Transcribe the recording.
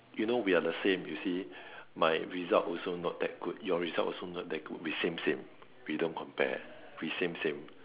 you know we are the same you see my result also not that good your result also not that good we same same we don't compare we same same